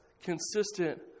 consistent